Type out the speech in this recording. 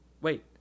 wait